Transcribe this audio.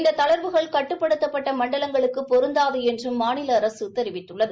இந்த தளா்வுகள் கட்டுப்படுத்தப்பட்ட மண்டலங்களுக்கு பொருந்தாது என்றும் மாநில அரசு தெரிவித்துள்ளது